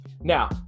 Now